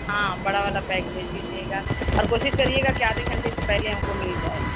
ہاں بڑا والا پیک بھیج دیجیے گا اور کوشش کریے گا کہ آدھے گھنٹے سے پہلے ہم کو مِل جائے